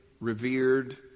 revered